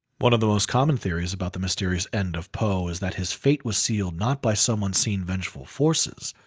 one of the most common theories about the mysterious end of poe is that his fate was sealed not by some unseen vengeful forces,